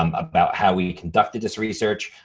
um about how we conducted this research,